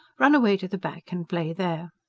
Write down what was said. run away to the back, and play there.